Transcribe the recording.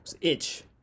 itch